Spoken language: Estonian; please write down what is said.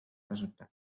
tasuta